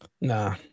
Nah